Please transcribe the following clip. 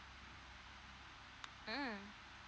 mm